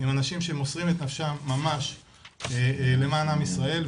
עם אנשים שמוסרים את נפשם ממש למען עם ישראל,